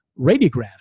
radiographs